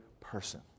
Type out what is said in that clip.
person